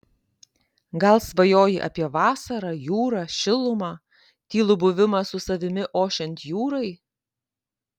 gal svajoji apie vasarą jūrą šilumą tylų buvimą su savimi ošiant jūrai